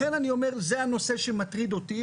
לכן אני אומר שזה הנושא שמטריד אותי,